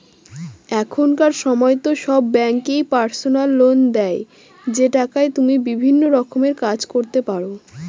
এখনকার সময়তো সব ব্যাঙ্কই পার্সোনাল লোন দেয় যে টাকায় তুমি বিভিন্ন রকমের কাজ করতে পারো